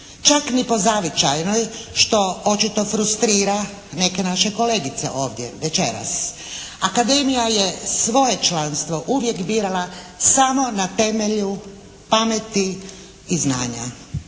čak ni po zavičajnoj, što očito frustrira neke naše kolegice ovdje večeras. Akademija je svoje članstvo uvijek birala samo na temelju pameti i znanja.